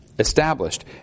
established